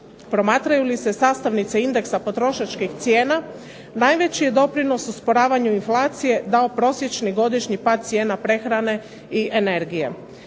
Promatraju li se sastavnice indeksa potrošačkih cijena najveći je doprinos usporavanju inflacije dao prosječni godišnji pad cijena prehrane i energije.